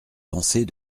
penser